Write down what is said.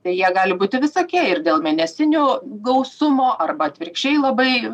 tai jie gali būti visokie ir dėl mėnesinių gausumo arba atvirkščiai labai